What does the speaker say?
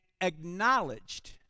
acknowledged